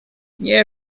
nie